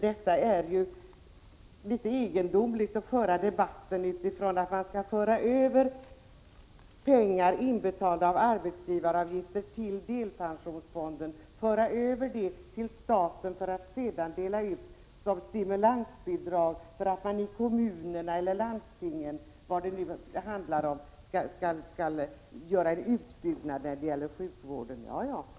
Det är ju litet egendomligt att föra debatten utifrån att man skall föra över pengar från arbetsgivaravgifter, inbetalda till delpensionsfonden, till staten, för att sedan dela ut dessa som stimulansbidrag för att man i kommunerna eller landstingen skall göra en utbyggnad av sjukvården.